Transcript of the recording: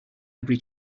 every